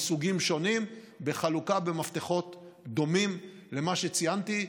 מסוגים שונים בחלוקה במפתחות דומים למה שציינתי.